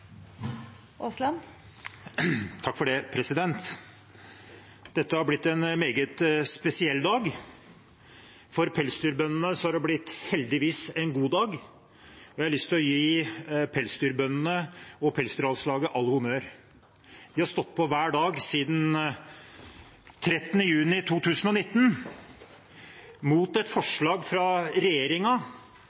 Dette har blitt en meget spesiell dag. For pelsdyrbøndene har det heldigvis blitt en god dag, og jeg har lyst til å gi pelsdyrbøndene og Pelsdyralslaget all honnør. De har stått på hver dag siden 13. juni 2019 imot et forslag fra